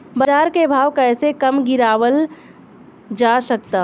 बाज़ार के भाव कैसे कम गीरावल जा सकता?